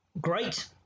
Great